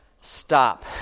stop